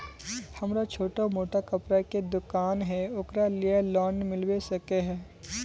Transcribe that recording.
हमरा छोटो मोटा कपड़ा के दुकान है ओकरा लिए लोन मिलबे सके है?